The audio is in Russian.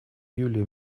юлия